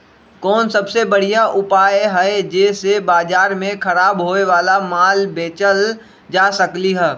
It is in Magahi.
कोन सबसे बढ़िया उपाय हई जे से बाजार में खराब होये वाला माल बेचल जा सकली ह?